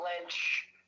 Lynch